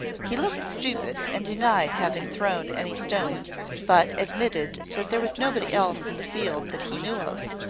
he looked stupid, and denied having thrown any stones, but admitted that there was nobody else in the field that he knew of.